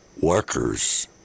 workers